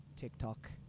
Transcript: TikTok